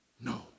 No